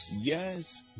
Yes